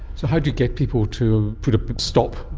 so how do you get people to put a stop?